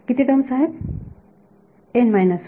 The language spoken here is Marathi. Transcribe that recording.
किती टर्म्स आहेत